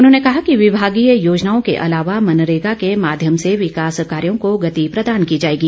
उन्होंने कहा कि विभागीय योजनाओं के अलावा मनरेगा के माध्यम से विकास कार्यों को गति प्रदान की जाएगी